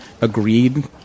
agreed